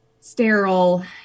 sterile